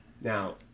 Now